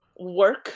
work